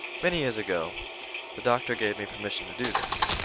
many years ago the doctor gave me permission to do this.